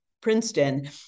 Princeton